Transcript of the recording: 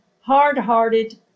hard-hearted